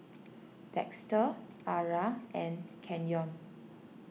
Dexter Arah and Kenyon